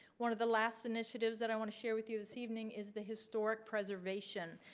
one of the last initiatives that i want to share with you this evening is the historic preservation.